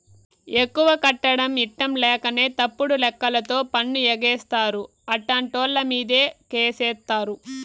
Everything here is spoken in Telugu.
ఎక్కువ కట్టడం ఇట్టంలేకనే తప్పుడు లెక్కలతో పన్ను ఎగేస్తారు, అట్టాంటోళ్ళమీదే కేసేత్తారు